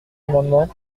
amendement